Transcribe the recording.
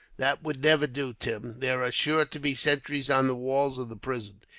that would never do, tim. there are sure to be sentries on the walls of the prison.